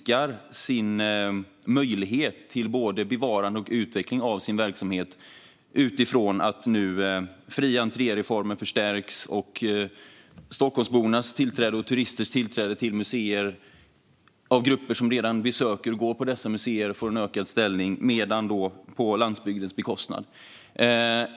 Deras möjligheter till både bevarande och utveckling av verksamheten minskar utifrån att fri-entré-reformen förstärks och Stockholmsbornas och turisternas tillträde till museer ökar - grupper som redan besöker dessa museer - på landsbygdens bekostnad.